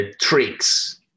tricks